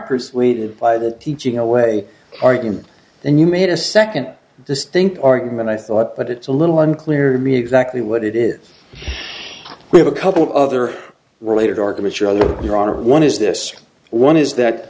persuaded by the teaching away argument and you made a second distinct argument i thought but it's a little unclear exactly what it is we have a couple of other related arguments your other your honor one is this one is that